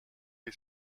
les